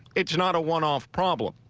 it's not a one off problem.